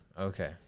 okay